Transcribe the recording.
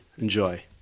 Enjoy